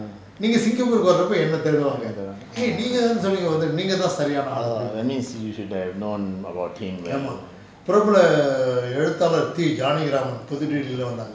that means you should have known about him already